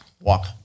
walk